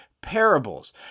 parables